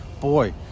boy